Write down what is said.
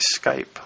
Skype